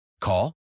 Call